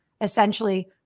essentially